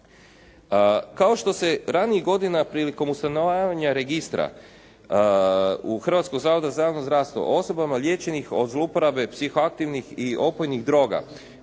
Kao što se ranijih godina prilikom ustanovljavanja registra u Hrvatskom zavodu za javno zdravstvo osobama liječenih od zlouporabe psiho aktivnih i opojnih droga